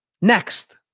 next